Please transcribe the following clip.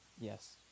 Yes